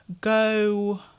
Go